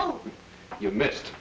oh you missed